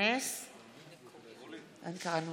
שייגש למליאה, ואם לא,